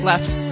Left